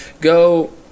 Go